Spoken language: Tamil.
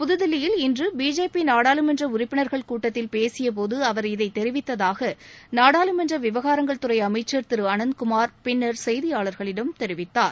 புத்தில்லியில் இன்று பிஜேபி நாடாளுமன்ற உறுப்பினர்கள் கூட்டத்தில் பேசியபோது அவர் இதை தெரிவித்ததாக நாடாளுமன்ற விவகாரங்கள் துறை அமைச்சர் திரு அனந்த்குமார் பின்னர் செய்தியாளர்களிடம் தெரிவித்தார்